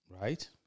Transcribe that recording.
right